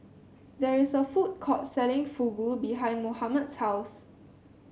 there is a food court selling Fugu behind Mohammad's house